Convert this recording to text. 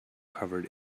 covered